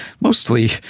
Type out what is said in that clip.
mostly